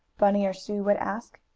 bunny or sue would ask.